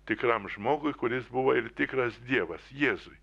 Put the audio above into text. tikram žmogui kuris buvo ir tikras dievas jėzui